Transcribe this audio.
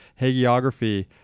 hagiography